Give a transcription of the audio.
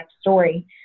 story